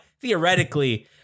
theoretically